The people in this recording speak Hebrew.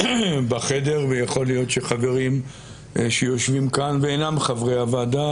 בחדר ויכול להיות שחברים שיושבים כאן ואינם חברי הוועדה